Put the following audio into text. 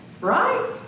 right